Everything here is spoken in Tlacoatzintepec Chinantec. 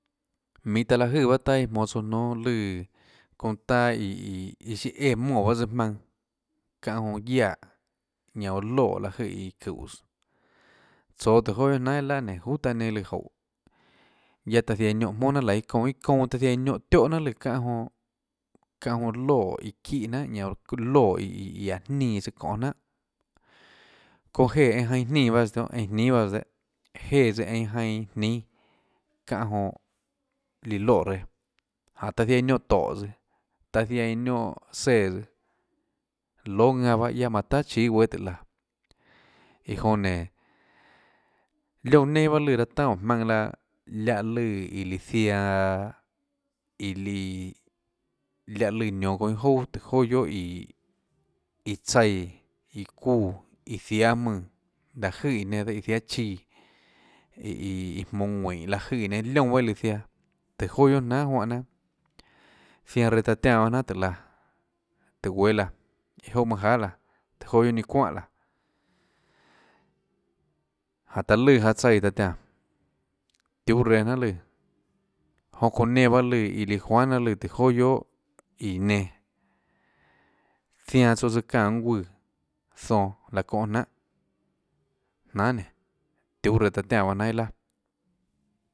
Minhå taã láhå jøè taâ iã jmonå tsouã jnónâ lùã çounã taâ iã ii siâ éã monè bahâ tsøã jmaønã çánã jonã guiaè ñanã oå loè iã çuúhås tsoå tùhå joà guiohà jnanà iâ laà nénå juhà taã nenã lùã joúhå guiaâ taã ziaã iã niónhã mónà jnanhà laå iâ çounã iâ çounã taã ziaã iã niónhã tióhà jnanà lùã çánhã jonã çánhã jonã loè iã çíhà jnanhà ñanã oå loè iiã aå jñínã tsøã çonê jnanhà çounã jénã einã jainã ñínã baâs tionhâ ñanã jnínâs baâ tsøã dehâ jénã tsøã einã jainãjnínâ çánhã jonã liã loè reã jáhå taã ziaã iã niónhã tóhå tsøãaã ziaã iã niónhã séã tsøã lóâ ðanã bahâ ñanâ guiaâ manã tahà chíâ guéâ tùhå laã iã jonã nénå liónã nenã bahâ lùã láhãtanâ óå jmaønã laã láhã lùã iã líã ziaã aaa iå líiiã liáhã lùã nionå çonã iâ jouà tùhå joà guiohà iiiiå tsaíã iå çuúã iã ziáâ jmùnã láhå jøè iã nenã dehâ iã ziáâ chíã iiiå jmonå ðuínhå láhå jøè iã nenã lióã bahâ iã iã líã ziaã tùhå joà guionà jnanà juánhã jnanà ziaã reã taã tiánã baâ jnanhà laã tùhå guéâ laã iâ jouà manâ jahà laã tùhå joà guiohà ninâ çuánhà laã jánhå taã lùã jaå tsaíã taã tiánã tiuhâ reã jnanhà lùã jonã çounã nenã bahâ lùã iã líã juanhà jnanà lùã tùhåjonà guiohà iã nenã zianã tsouã tsøã çánã mønâ guùã zonåláhå çóhã jnanhà jnanhà nénå tiuhâ reã taã tiánã bahâ jnanhà iâ laà.